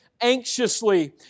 anxiously